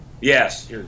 Yes